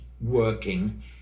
working